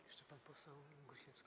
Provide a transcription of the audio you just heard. A, jeszcze pan poseł Gosiewski.